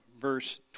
Verse